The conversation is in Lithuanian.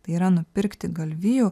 tai yra nupirkti galvijų